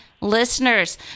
listeners